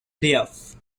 playoffs